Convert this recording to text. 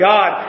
God